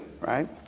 Right